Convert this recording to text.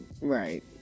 right